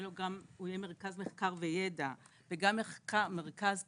הוא יהיה מרכז מחקר וידע וגם מרכז פיתוח,